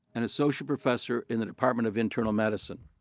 an associate professor in the department of internal medicine.